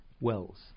wells